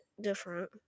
different